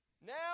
Now